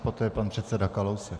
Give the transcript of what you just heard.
Poté pan předseda Kalousek.